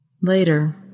Later